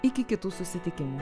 iki kitų susitikimų